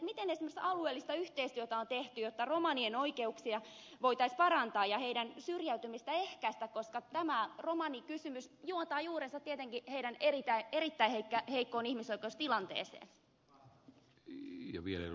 miten esimerkiksi alueellista yhteistyötä on tehty jotta romanien oikeuksia voitaisiin parantaa ja heidän syrjäytymistään ehkäistä koska tämä romanikysymys juontaa juurensa tietenkin heidän edeltää kieltä ja heikon ihmisen erittäin heikosta ihmisoikeustilanteestansa